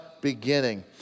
beginning